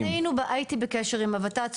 הייתי בקשר עם הות"ת,